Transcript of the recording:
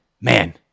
Man